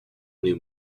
new